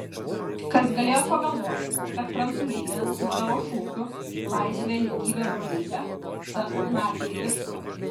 kas galėjo pagalvoti kad prancūzija su savo šūkiu laisvė lygybė brolybė taps nacių irštva